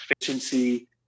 efficiency